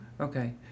Okay